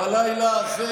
בלילה הזה